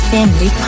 Family